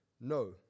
No